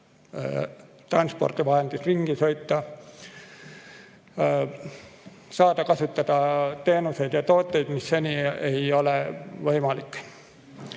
transpordivahendiga sõita, saada kasutada teenuseid ja tooteid, mis seni ei ole olnud võimalik.